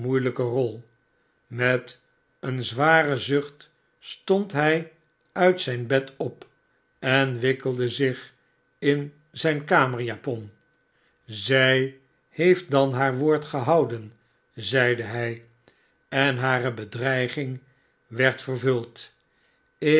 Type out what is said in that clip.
moeiejijke rol met een zwaren zucht stond hij uit zijn bed op en wikkelde zich in zijn kamerjapon ij heeft dan haar woord gehouden zeide hij en hare bedreiging werd vervuld ik